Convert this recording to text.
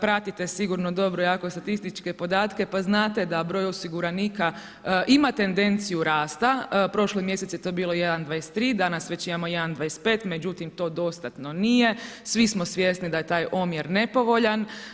Pratite sigurno, dobro jako statističke podatke, pa znate da broj osiguranika ima tendenciju rasta, prošli mjesec je to bilo 1,23, danas već imamo 1,25 međutim, to dostatno nije, svi smo svjesni da je taj omjer nepovoljan.